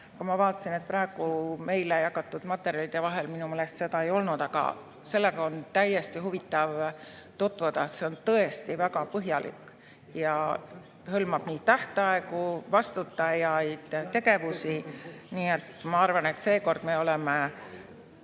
Ma vaatasin, et praegu meile jagatud materjalide vahel minu meelest seda ei olnud, aga sellega on täiesti huvitav tutvuda, see on tõesti väga põhjalik ja hõlmab nii tähtaegu, vastutajaid kui ka tegevusi. Nii et ma arvan, et seekord me oleme